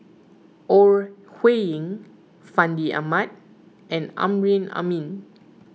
Ore Huiying Fandi Ahmad and Amrin Amin